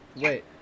wait